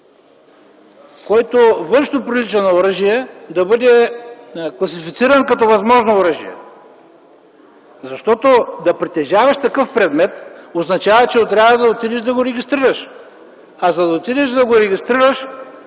който външно прилича на оръжие, да бъде класифициран като възможно оръжие. Защото да притежаваш такъв предмет означава, че трябва да отидеш да го регистрираш. А за да отидеш да го регистрираш,